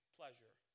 pleasure